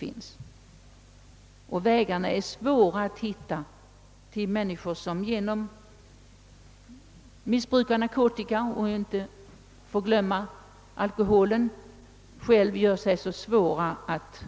Det är svårt att hitta vägarna till människor som genom missbruk av narkotika — alkoholen ej att förglömma — gör sig själva så svåra att